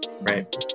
Right